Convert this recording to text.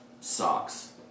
socks